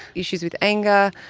issues with anger.